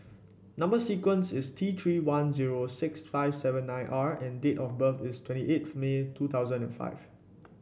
number sequence is T Three one zero six five seven nine R and date of birth is twenty eighth May two thousand and five